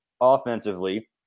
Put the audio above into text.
offensively